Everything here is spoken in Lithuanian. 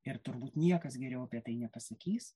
ir turbūt niekas geriau apie tai nepasakys